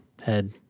head